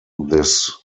this